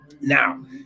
Now